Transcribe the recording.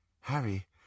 Harry